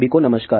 सभी को नमस्कार